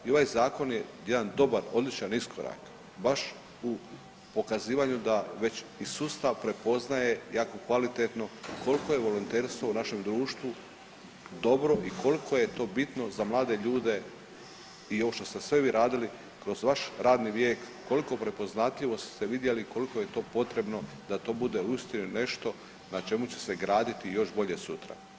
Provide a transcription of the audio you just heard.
I ovaj zakon je jedan dobar, odličan iskorak baš u pokazivanju da već i sustav prepoznaje jako kvalitetno koliko je volonterstvo u našem društvu dobro i koliko je to bitno za mlade ljude i ovo što ste sve vi radili kroz vaš radni vijek, koliko prepoznatljivost ste vidjeli, koliko je to potrebno da to bude uistinu nešto na čemu će se graditi još bolje sutra.